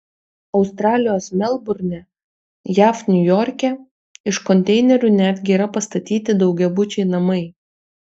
australijos melburne jav niujorke iš konteinerių netgi yra pastatyti daugiabučiai namai